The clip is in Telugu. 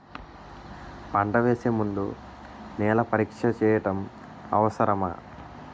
పంట వేసే ముందు నేల పరీక్ష చేయటం అవసరమా?